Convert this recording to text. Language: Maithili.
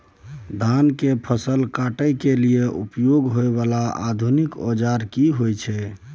धान के फसल काटय के लिए उपयोग होय वाला आधुनिक औजार की होय छै?